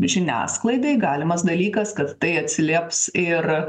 žiniasklaidai galimas dalykas kad tai atsilieps ir